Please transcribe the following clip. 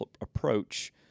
approach